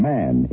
Man